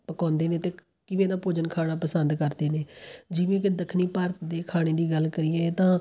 ਪਕਾਉਂਦੇ ਨੇ ਅਤੇ ਕੀਦੇ ਨਾਲ ਭੋਜਨ ਖਾਣਾ ਪਸੰਦ ਕਰਦੇ ਨੇ ਜਿਵੇਂ ਕਿ ਦੱਖਣੀ ਭਾਰਤ ਦੇ ਖਾਣੇ ਦੀ ਗੱਲ ਕਰੀਏ ਤਾਂ